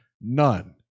None